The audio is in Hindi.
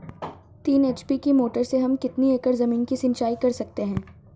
तीन एच.पी की मोटर से हम कितनी एकड़ ज़मीन की सिंचाई कर सकते हैं?